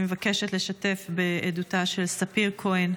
אני מבקשת לשתף את עדותה של ספיר כהן,